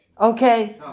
Okay